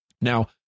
Now